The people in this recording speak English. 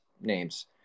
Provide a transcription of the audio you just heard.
names